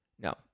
no